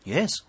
Yes